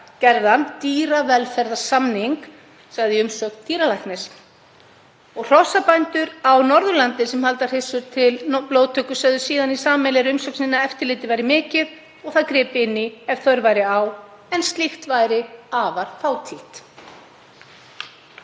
gerðan dýravelferðarsamning, sagði í umsögn dýralæknis. Hrossabændur á Norðurlandi sem halda hryssur til blóðtöku sögðu í sameiginlegri umsögn sinni að eftirlit væri mikið og gripið inn í ef þörf væri á en slíkt væri afar fátítt.